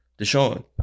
Deshaun